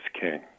king